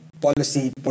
policy